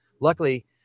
Luckily